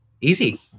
Easy